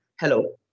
hello